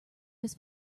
his